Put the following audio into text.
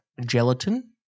gelatin